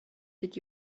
did